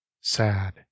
Sad